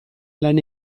lan